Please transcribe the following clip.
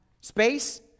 space